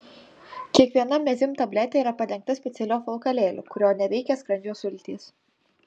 kiekviena mezym tabletė yra padengta specialiu apvalkalėliu kurio neveikia skrandžio sultys